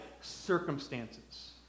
circumstances